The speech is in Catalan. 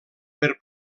per